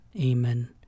Amen